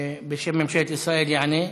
בשם ממשלת ישראל, יענה.